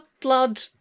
blood